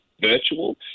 virtual